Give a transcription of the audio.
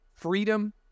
freedom